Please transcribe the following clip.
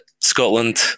Scotland